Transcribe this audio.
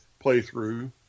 playthrough